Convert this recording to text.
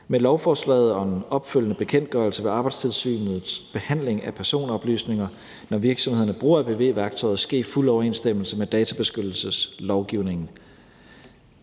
Med lovforslaget om opfølgende bekendtgørelse vil Arbejdstilsynets behandling af personoplysninger, når virksomhederne bruger apv-værktøjet, ske i fuld overensstemmelse med databeskyttelseslovgivningen.